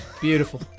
Beautiful